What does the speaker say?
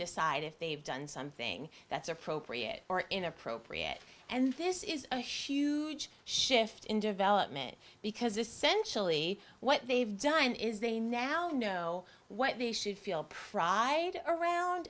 decide if they've done something that's appropriate or inappropriate and this is a huge shift in development because essentially what they've done is they now know what they should feel pride around